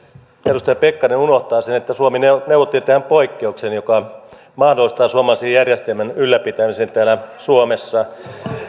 edustaja pekkarinen unohtaa sen että suomi neuvotteli tähän poikkeuksen joka mahdollistaa suomalaisen järjestelmän ylläpitämisen täällä suomessa